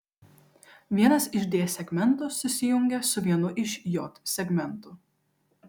vienas iš d segmentų susijungia su vienu iš j segmentų